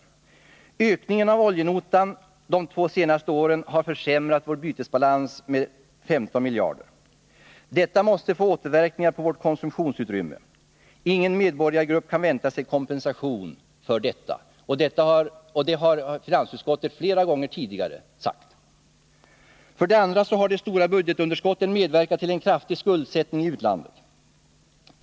För det första har ökningen av oljenotan de två senaste åren Torsdagen den försämrat vår bytesbalans med 15 miljarder. Detta måste få återverkningar 20 november 1980 på vårt konsumtionsutrymme. Ingen medborgargrupp kan vänta sig kompensation för detta. Det har finansutskottet flera gånger betonat. För det andra har de stora budgetunderskotten medverkat till en kraftig skuldsättning i utlandet.